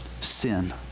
sin